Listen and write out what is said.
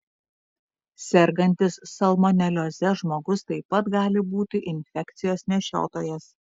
sergantis salmonelioze žmogus taip pat gali būti infekcijos nešiotojas